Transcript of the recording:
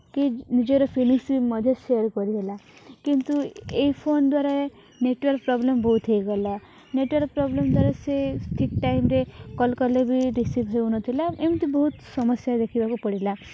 କି ନିଜର ଫିଲିଙ୍ଗ୍ସ ବି ମଧ୍ୟ ସେୟାର୍ କରିହେଲା କିନ୍ତୁ ଏଇ ଫୋନ୍ ଦ୍ୱାରା ନେଟ୍ୱାର୍କ୍ ପ୍ରୋବ୍ଲେମ୍ ବହୁତ ହୋଇଗଲା ନେଟ୍ୱାର୍କ୍ ପ୍ରୋବ୍ଲେମ୍ ଦ୍ୱାରା ସେ ଠିକ୍ ଟାଇମ୍ରେ କଲ୍ କଲେ ବି ରିସିଭ୍ ହେଉନଥିଲା ଏମିତି ବହୁତ ସମସ୍ୟା ଦେଖିବାକୁ ପଡ଼ିଲା